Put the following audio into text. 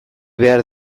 behar